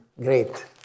great